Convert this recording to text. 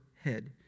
head